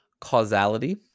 Causality